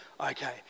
okay